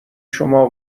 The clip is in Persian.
شما